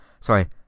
sorry